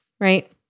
right